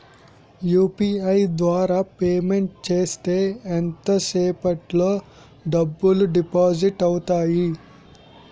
UPI ద్వారా payment చేస్తే ఎంత సేపటిలో డబ్బులు డిపాజిట్ అవుతాయి?